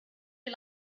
you